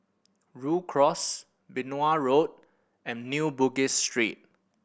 Rhu Cross Benoi Road and New Bugis Street